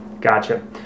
gotcha